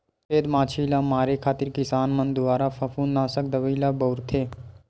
सफेद मांछी ल मारे खातिर किसान मन दुवारा फफूंदनासक दवई ल बउरथे